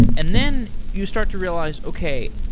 and then you start to realize, okay,